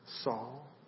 Saul